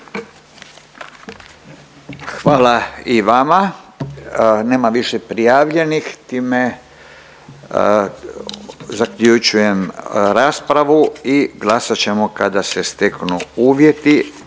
Hvala i vama. Nema više prijavljenih time zaključujem raspravu i glasat ćemo kada se steknu uvjeti.